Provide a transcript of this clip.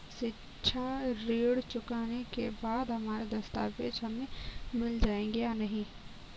शिक्षा ऋण चुकाने के बाद हमारे दस्तावेज हमें मिल जाएंगे या नहीं?